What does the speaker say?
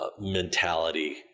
mentality